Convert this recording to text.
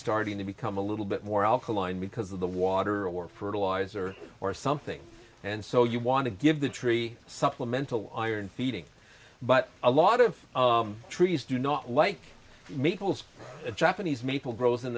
starting to become a little bit more alkaline because of the water or fertilizer or something and so you want to give the tree supplemental iron feeding but a lot of trees do not like maples the japanese maple grows